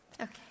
Okay